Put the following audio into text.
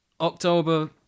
October